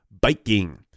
biking